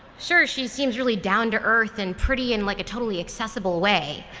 sure she seems really down to earth, and pretty in like a totally accessible way,